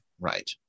right